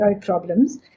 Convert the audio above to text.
problems